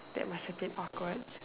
that must have been awkward